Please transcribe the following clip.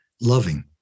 loving